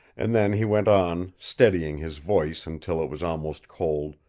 and then he went on, steadying his voice until it was almost cold.